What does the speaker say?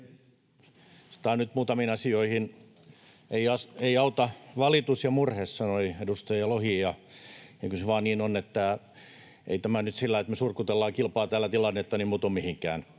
nyt muutamiin asioihin: ”Ei auta valitus ja murhe”, sanoi edustaja Lohi, ja kyllä se vaan niin on, että ei tämä, että me surkutellaan kilpaa, täällä tilannetta muuta mihinkään.